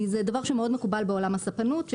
כי זה דבר שמאוד מקובל בעולם הספנות,